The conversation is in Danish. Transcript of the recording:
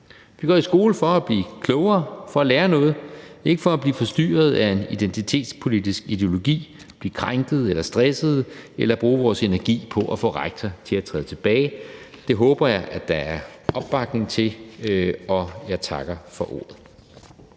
Vi går i skole for at blive klogere og for at lære noget – ikke for at blive forstyrret af en identitetspolitisk ideologi, blive krænket eller stresset eller bruge vores energi på at få rektoren til at træde tilbage. Det håber jeg at der er opbakning til, og jeg takker for ordet.